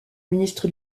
ministre